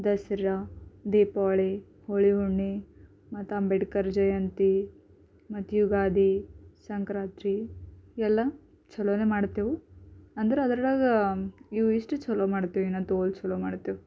ದಸರಾ ದೀಪಾವಳಿ ಹೋಳಿ ಹುಣ್ಮಿ ಮತ್ತು ಅಂಬೇಡ್ಕರ್ ಜಯಂತಿ ಮತ್ತು ಯುಗಾದಿ ಸಂಕ್ರಾಂತಿ ಎಲ್ಲ ಚಲೋನೇ ಮಾಡ್ತೇವೆ ಅಂದರೆ ಅದ್ರಾಗ ಇವು ಇಷ್ಟು ಚಲೋ ಮಾಡ್ತೇವೆ ಏನಂತ ತೋಲ್ ಚಲೋ ಮಾಡ್ತೇವು